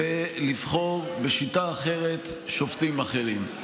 לבחור שופטים אחרים בשיטה אחרת.